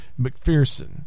McPherson